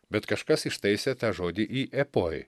bet kažkas ištaisė tą žodį į epoj